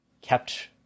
kept